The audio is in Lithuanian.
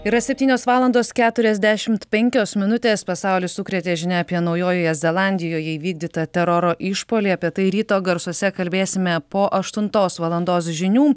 yra septynios valandos keturiasdešim penkios minutės pasaulį sukrėtė žinia apie naujojoje zelandijoje įvykdytą teroro išpuolį apie tai ryto garsuose kalbėsime po aštuntos valandos žinių